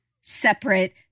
Separate